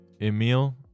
Emil